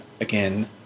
again